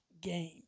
game